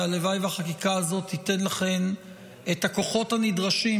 הלוואי שהחקיקה הזאת תיתן לכן את הכוחות הנדרשים